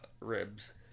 ribs